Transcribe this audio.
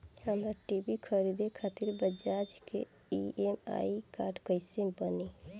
हमरा टी.वी खरीदे खातिर बज़ाज़ के ई.एम.आई कार्ड कईसे बनी?